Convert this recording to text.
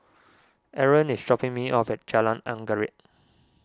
Aron is dropping me off at Jalan Anggerek